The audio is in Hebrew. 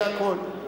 זה הכול,